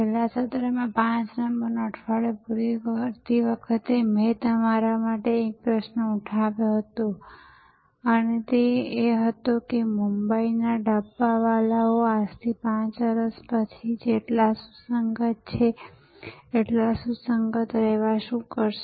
છેલ્લા સત્રમાં 5 નંબરનું અઠવાડિયું પૂરું કરતી વખતે મેં તમારા માટે એક પ્રશ્ન ઉઠાવ્યો હતો અને તે એ હતો કે મુંબઈના ડબ્બાવાલાઓ આજથી 5 વર્ષ પછી જેટલા સુસંગત છે તેટલા સુસંગત રહેવા શું કરશે